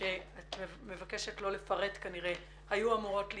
שאת מבקשת לא לפרט כנראה היו אמורות להיפתר.